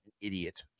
Idiot